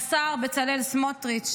השר בצלאל סמוטריץ',